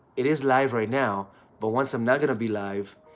it is live right now but once i'm not going to be live,